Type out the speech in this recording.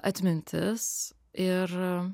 atmintis ir